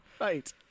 Right